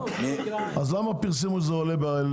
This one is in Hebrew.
אז למה פרסמו שזה עולה?